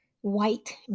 white